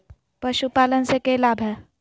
पशुपालन से के लाभ हय?